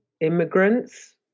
immigrants